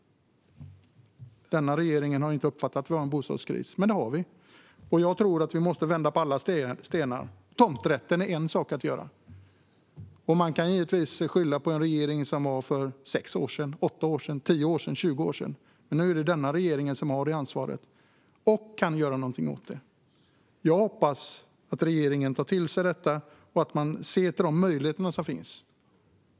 Denna regering har inte uppfattat att vi har en bostadskris. Men det har vi. Vi måste vända på alla stenar. Tomträtten är en sak som vi kan göra något åt. Man kan givetvis skylla på en regering som satt för 6 år sedan, 8 år sedan, 10 år sedan, 20 år sedan. Men nu är det denna regering som har ansvaret och som kan göra någonting åt det. Jag hoppas att regeringen tar till sig detta och ser på de möjligheter som finns.